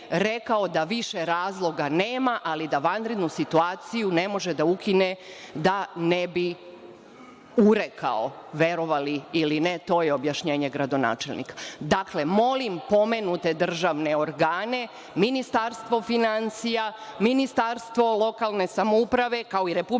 da više razloga nema, ali da vanrednu situaciju ne može da ukine da ne bi urekao. Verovali ili ne, to je objašnjenje gradonačelnika. Dakle, molim pomenute državne organe, Ministarstvo finansija, Ministarstvo lokalne samouprave, kao i Republički